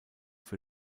für